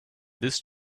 this